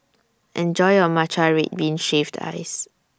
Enjoy your Matcha Red Bean Shaved Ice